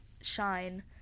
shine